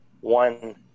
one